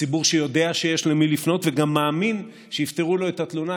ציבור שיודע שיש למי לפנות וגם מאמין שיפתרו לו את התלונה,